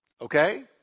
Okay